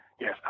Yes